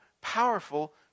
powerful